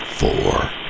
four